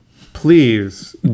Please